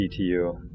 PTU